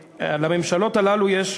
לממשלות האלה יש,